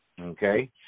Okay